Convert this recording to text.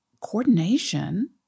coordination